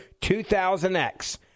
2000X